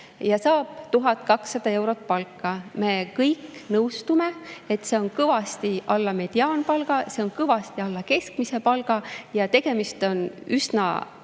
ja saab 1200 eurot palka – me kõik nõustume, et see on kõvasti alla mediaanpalga, see on kõvasti alla keskmise palga ja tegemist on üsna